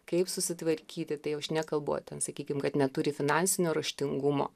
kaip susitvarkyti tai jau aš nekalbu ten sakykim kad neturi finansinio raštingumo